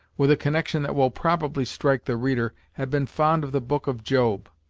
with a connection that will probably strike the reader, had been fond of the book of job,